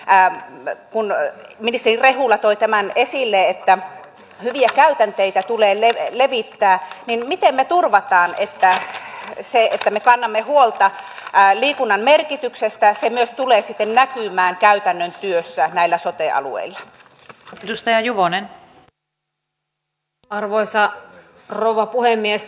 ääni taipuneet ministeri rehula toi tämän esille että jos käytänteitä tulelle levittää niin miten me kansainvälisten tuotantojen saaminen suomeen vahvistaisi myös maabrändiä ja liikunnan merkityksestä sinne tulee sitten näkymään käytännön työssä näillä sote houkuttelisi sitä kautta suomeen enemmän turisteja